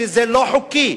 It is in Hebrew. וזה לא חוקי.